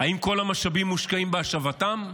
האם כל המשאבים מושקעים בהשבתם?